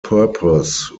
purpose